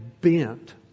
bent